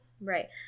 right